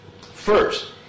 First